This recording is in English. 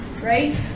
Right